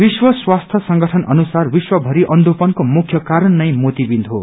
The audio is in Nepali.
विश्व स्वास्थ्य संगठन अनुसार विश्व भरि अन्धोपनले मुख्य कारण नै मोतिया विन्द हो